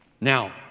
Now